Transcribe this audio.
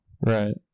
Right